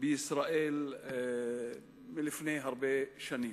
בישראל מלפני הרבה שנים.